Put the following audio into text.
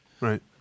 Right